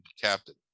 Captain